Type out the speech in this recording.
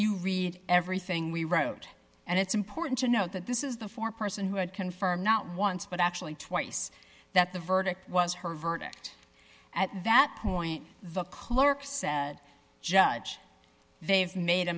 you read everything we wrote and it's important to note that this is the four person who had confirmed not once but actually twice that the verdict was her verdict at that point the clerk said judge they've made a